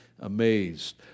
amazed